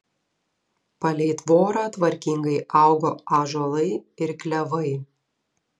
palei tvorą tvarkingai augo ąžuolai ir klevai